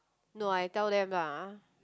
no I tell them lah